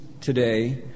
today